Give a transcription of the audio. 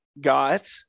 got